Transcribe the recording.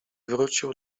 wrócił